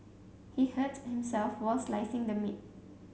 he hurt himself while slicing the meat